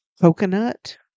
Coconut